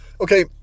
Okay